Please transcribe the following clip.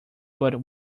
but